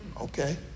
okay